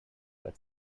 but